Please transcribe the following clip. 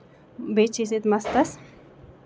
بیٚیہِ چھِ أسۍ ییٚتہِ مَستَس